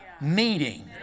meeting